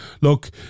look